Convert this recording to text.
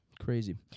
Crazy